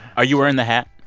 are you wearing the hat?